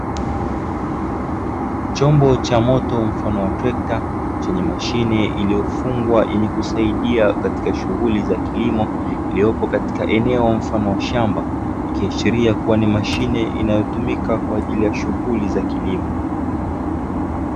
Chombo cha moto mfano wa trekta, chenye mashine iliyofungwa yenye kusaidia katika shughuli za kilimo, iliyopo katika eneo mfano wa shamba, ikiashiria kuwa ni mashine inayotumika kwa ajili ya shughuli za kilimo.